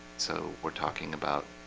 so we're talking about